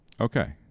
okay